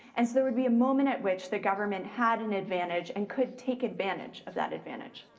and so there would be a moment at which the government had an advantage and could take advantage of that advantage.